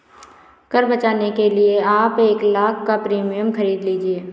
कर बचाने के लिए आप एक लाख़ का प्रीमियम खरीद लीजिए